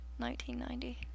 1990